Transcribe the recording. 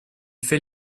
fait